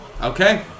Okay